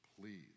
please